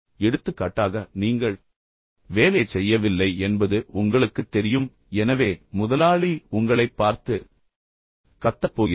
எனவே எடுத்துக்காட்டாக நீங்கள் வேலையைச் செய்யவில்லை என்பது உங்களுக்குத் தெரியும் எனவே முதலாளி உங்களைப் பார்த்து கத்தப் போகிறார்